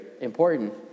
important